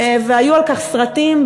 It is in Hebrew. והיו על כך סרטים,